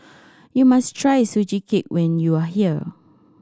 you must try Sugee Cake when you are here